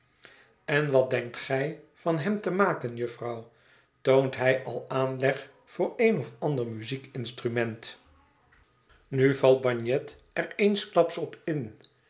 en wat denkt gij van hem temaken jufvrouw toont hij al aanleg voor een of ander muziekinstrument nu valt bagnet er eensklaps op in